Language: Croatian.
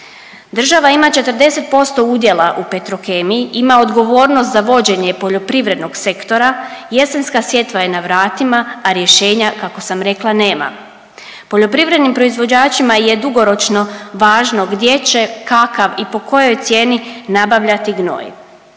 Država ima 40% udjela u Petrokemiji, ima odgovornost za vođenje poljoprivrednog sektora, jesenska sjetva je na vratima, a rješenja kako sam rekla nema. Poljoprivrednim proizvođačima je dugoročno važno gdje će, kakav i po kojoj cijeni nabavljati gnoj.